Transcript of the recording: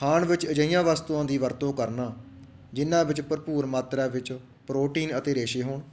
ਖਾਣ ਵਿੱਚ ਅਜਿਹੀਆਂ ਵਸਤੂਆਂ ਦੀ ਵਰਤੋਂ ਕਰਨਾ ਜਿਨ੍ਹਾਂ ਵਿੱਚ ਭਰਪੂਰ ਮਾਤਰਾ ਵਿੱਚ ਪ੍ਰੋਟੀਨ ਅਤੇ ਰੇਸ਼ੇ ਹੋਣ